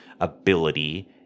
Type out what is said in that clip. ability